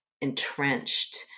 entrenched